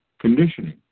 conditioning